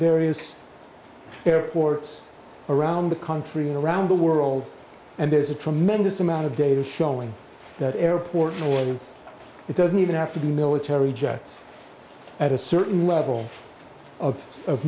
various airports around the country and around the world and there's a tremendous amount of data showing that airport authorities it doesn't even have to be military jets at a certain level of of